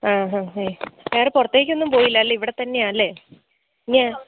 ആ ഹ ഹ വേറെ പുറത്തേക്കൊന്നും പോയില്ല അല്ലേ ഇവിടെത്തന്നെയാണ് അല്ലേ ഇനി